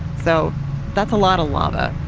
so that's a lot of lava